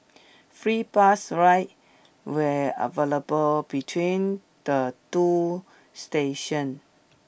free bus rides were available between the two stations